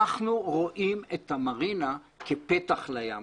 אנחנו רואים את המרינה כפתח לים.